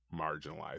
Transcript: marginalized